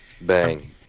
Bang